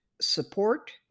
support